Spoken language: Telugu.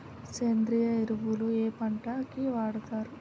సేంద్రీయ ఎరువులు ఏ పంట కి వాడుతరు?